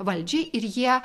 valdžiai ir jie